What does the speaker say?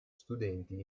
studenti